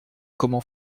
comment